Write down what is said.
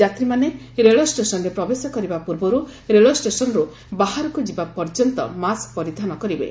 ଯାତ୍ରୀମାନେ ରେଳଷ୍ଟେସନରେ ପ୍ରବେଶ କରିବା ପୂର୍ବରୁ ରେଳଷ୍ଟେସନରୁ ବାହାରକୁ ଯିବା ପର୍ଯ୍ୟ ମାସ୍କ ପରିଧାନ କରିବେ